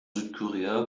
südkorea